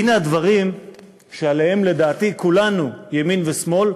והנה הדברים שעליהם, לדעתי, כולנו, ימין ושמאל,